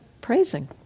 praising